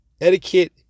etiquette